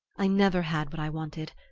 i never had what i wanted,